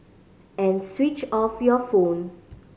and switch off your phone